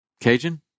Cajun